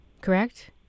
correct